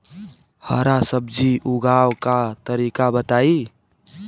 हरा सब्जी उगाव का तरीका बताई?